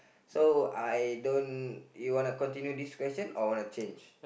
so I don't you wanna continue this question or wanna change